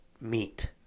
meat